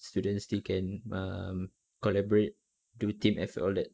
students still can um collaborate do team effort all that